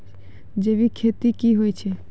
जैविक खेती की होय छै?